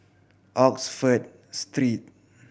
Oxford Street